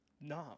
No